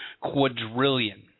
quadrillion